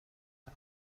alt